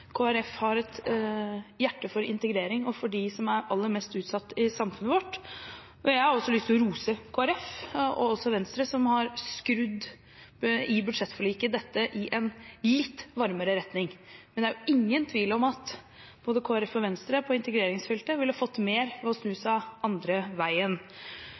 har et hjerte for integrering og for dem som er aller mest utsatt i samfunnet vårt. Jeg har også lyst til å rose Kristelig Folkeparti, og også Venstre, som i budsjettforliket har skrudd dette i en litt varmere retning, men det er jo ingen tvil om at både Kristelig Folkeparti og Venstre på integreringsfeltet ville fått mer ved å snu